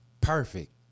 perfect